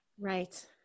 Right